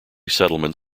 settlement